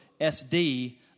SD